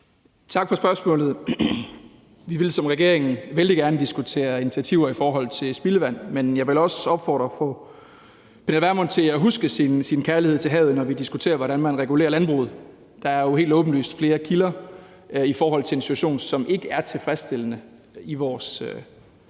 Tak for spørgsmålet. Vi vil som regering vældig gerne diskutere initiativer i forhold til spildevand, men jeg vil også opfordre fru Pernille Vermund til at huske sin kærlighed til havet, når vi diskuterer, hvordan man regulerer landbruget. Der er jo helt åbenlyst flere kilder i forhold til en situation, som ikke er tilfredsstillende i vores havmiljø.